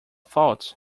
faults